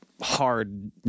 hard